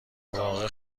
واقع